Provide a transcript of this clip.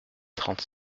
trente